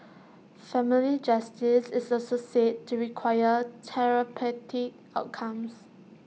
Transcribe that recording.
family justice is also said to require therapeutic outcomes